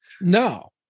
No